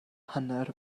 hanner